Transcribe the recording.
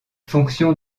fonction